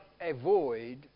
avoid